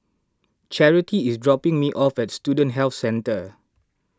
Charity is dropping me off at Student Health Centre